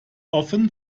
offen